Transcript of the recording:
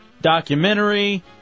documentary